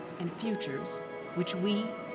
and futures which we,